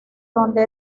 donde